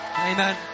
Amen